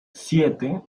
siete